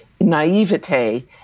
naivete